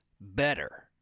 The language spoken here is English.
better